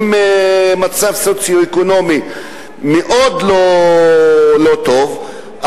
במצב סוציו-אקונומי מאוד לא טוב,